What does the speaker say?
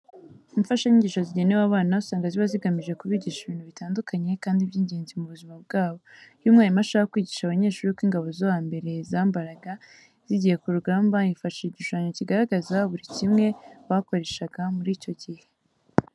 Imfashanyigisho zigenewe abana usanga riba rigamije kubigisha ibintu bitandukanye kandi by'ingenzi mu buzima bwabo. Iyo umwarimu ashaka kwigisha abanyeshuri uko ingabo zo hambere zambaraga zigiye ku rugamba yifashisha igishushanyo kigaragaza buri kimwe bakoreshaga muri icyo gihe.